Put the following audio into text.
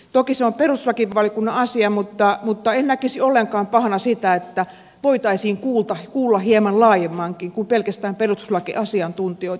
toki se on perustuslakivaliokunnan asia mutta en näkisi ollenkaan pahana sitä että voitaisiin kuulla hieman laajemminkin kuin pelkästään perustuslakiasiantuntijoita